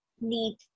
need